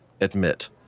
admit